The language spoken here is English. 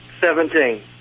Seventeen